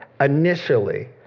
initially